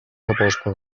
apostes